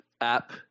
app